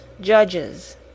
Judges